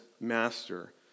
master